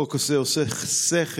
החוק הזה עושה שכל.